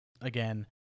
again